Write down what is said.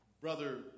Brother